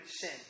sin